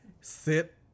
sit